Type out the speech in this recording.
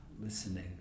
listening